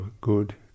good